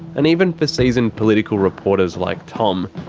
and even for seasoned political reporters like tom,